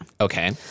Okay